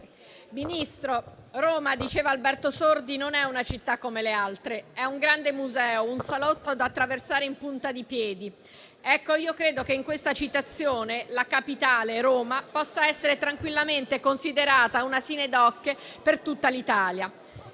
come diceva Alberto Sordi, Roma non è una città come le altre: è un grande museo, un salotto da attraversare in punta di piedi. Ecco, io credo che in questa citazione, la capitale, Roma, possa essere tranquillamente considerata una sineddoche per tutta l'Italia